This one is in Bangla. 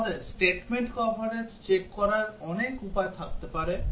আমাদের statement কভারেজ চেক করার অনেক উপায় থাকতে পারে